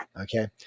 Okay